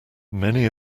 many